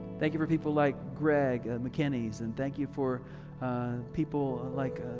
thank you for people like greg and mckinney's and thank you for people like,